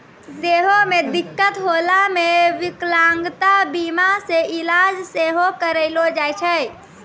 देहो मे दिक्कत होला पे विकलांगता बीमा से इलाज सेहो करैलो जाय छै